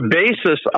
basis